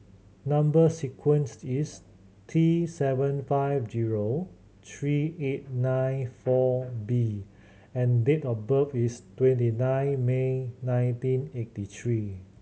number sequence is T seven five zero three eight nine four B and date of birth is twenty nine May nineteen eighty three